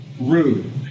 rude